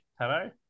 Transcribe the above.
Hello